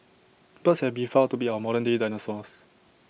birds have been found to be our modern day dinosaurs